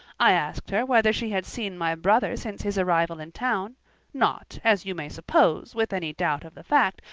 i asked her whether she had seen my brother since his arrival in town not, as you may suppose, with any doubt of the fact,